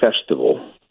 festival